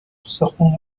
استخون